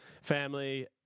family